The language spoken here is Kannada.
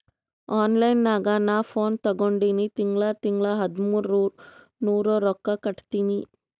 ಆನ್ಲೈನ್ ನಾಗ್ ನಾ ಫೋನ್ ತಗೊಂಡಿನಿ ತಿಂಗಳಾ ತಿಂಗಳಾ ಹದಿಮೂರ್ ನೂರ್ ರೊಕ್ಕಾ ಕಟ್ಟತ್ತಿನಿ